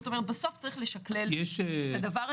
כלומר בסוף צריך לשקלל את זה.